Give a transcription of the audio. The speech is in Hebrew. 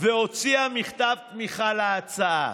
והוציאה מכתב תמיכה בהצעה.